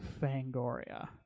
fangoria